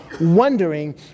wondering